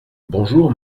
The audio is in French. bonjour